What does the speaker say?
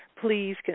Please